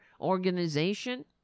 organization